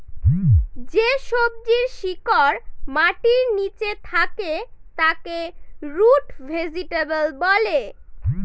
যে সবজির শিকড় মাটির নীচে থাকে তাকে রুট ভেজিটেবল বলে